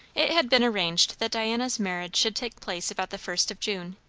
it had been arranged that diana's marriage should take place about the first of june.